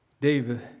David